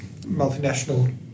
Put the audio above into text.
multinational